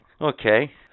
Okay